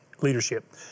leadership